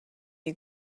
you